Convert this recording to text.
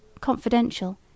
confidential